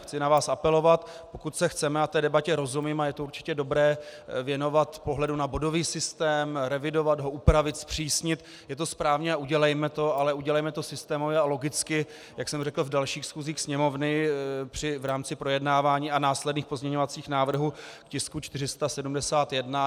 Chci na vás apelovat, že pokud se chceme, a té debatě rozumím a je to určitě dobré, věnovat pohledu na bodový systém, revidovat ho, upravit, zpřísnit, je to správně a udělejme to, ale udělejme to systémově a logicky, jak jsem řekl, v dalších schůzích Sněmovny v rámci projednávání a následných pozměňovacích návrhů tisku 471.